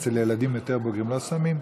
אצל ילדים יותר בוגרים לא שמים?